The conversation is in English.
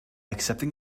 accepting